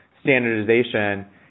standardization